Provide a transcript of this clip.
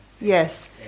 Yes